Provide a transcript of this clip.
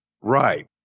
Right